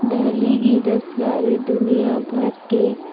دہلی کی دستکاری دنیا بھر کے